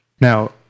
Now